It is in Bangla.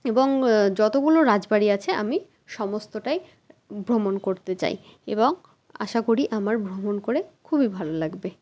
এবং যতগুলো রাজবাড়ি আছে আমি সমস্তটাই ভ্রমণ করতে চাই এবং আশা করি আমার ভ্রমণ করে খুবই ভালো লাগবে